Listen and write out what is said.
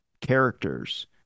characters